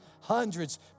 Hundreds